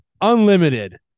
Unlimited